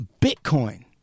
Bitcoin